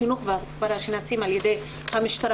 החינוך וההסברה שנעשים על ידי המשטרה